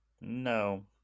no